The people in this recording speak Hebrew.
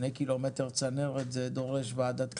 2 קילומטר צנרת זה דורש ועדת חקירה,